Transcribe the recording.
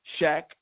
Shaq